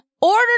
Order